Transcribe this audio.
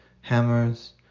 hammers